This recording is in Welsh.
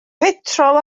petrol